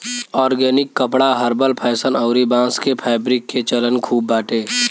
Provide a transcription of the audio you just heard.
organic कपड़ा herbal fashion अउरी बांस के फैब्रिक के चलन खूब बाटे